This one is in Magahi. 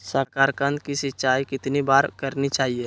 साकारकंद की सिंचाई कितनी बार करनी चाहिए?